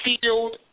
field